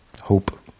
hope